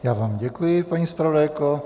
Já vám děkuji, paní zpravodajko.